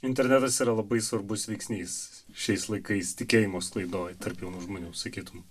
internetas yra labai svarbus veiksnys šiais laikais tikėjimo sklaidoj tarp jaunų žmonių sakytum